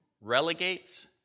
relegates